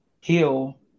heal